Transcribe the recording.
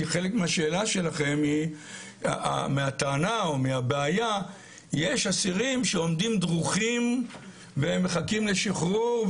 כי חלק מהטענה או הבעיה היא שיש אסירים שעומדים דרוכים ומחכים לשחרור,